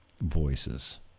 voices